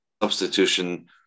substitution